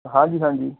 ਹਾਂਜੀ ਹਾਂਜੀ